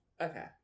Okay